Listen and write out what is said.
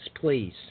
please